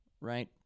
right